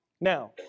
Now